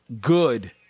good